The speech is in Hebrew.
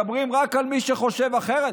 מדברים רק על מי שחושב אחרת,